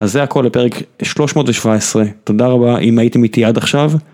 אז זה הכל לפרק 317 תודה רבה אם הייתם איתי עד עכשיו.